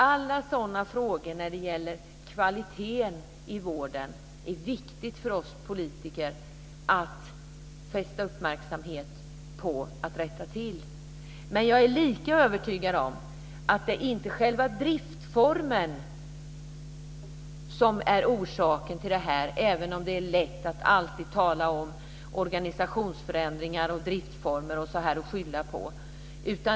Alla frågor som gäller kvaliteten i vården är det viktigt för oss politiker att fästa uppmärksamhet på och rätt till. Men jag är lika övertygad om att det inte är själva driftformen som är orsaken till detta, även om det alltid är lätt att tala om organisationsförändringar och driftformer och skylla på det.